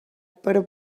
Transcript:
però